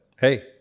Hey